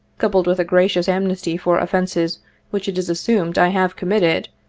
coupled with a gracious amnesty for offences which it is assumed i have committed,